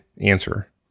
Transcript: answer